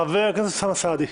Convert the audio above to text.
חבר הכנסת אוסאמה סעדי.